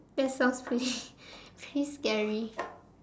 that sounds really really scary